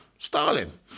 Stalin